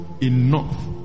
enough